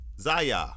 Zaya